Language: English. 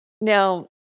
Now